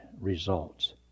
results